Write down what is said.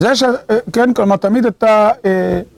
זה היה כאן כמו תמיד אתה...